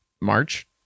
March